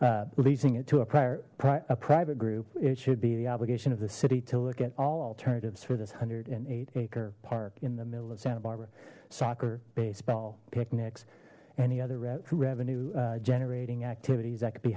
prior a private group it should be the obligation of the city to look at all alternatives for this one hundred and eight acre park in the middle of santa barbara soccer baseball picnics any other revenue generating activities that could be